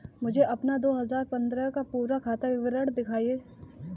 मुझे अपना दो हजार पन्द्रह का पूरा खाता विवरण दिखाएँ?